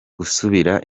gusubira